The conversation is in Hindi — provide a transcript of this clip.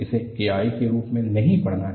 इसे k i के रूप में नहीं पढ़ना है